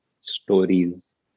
stories